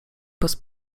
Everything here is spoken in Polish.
bez